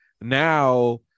now